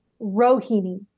rohini